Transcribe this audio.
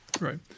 Right